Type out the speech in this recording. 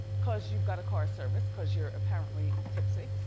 cause you've got a car service, cause you're apparently tipsy.